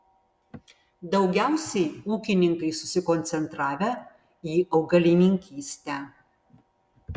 daugiausiai ūkininkai susikoncentravę į augalininkystę